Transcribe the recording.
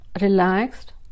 relaxed